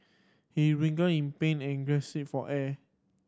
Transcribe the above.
he in pain and for air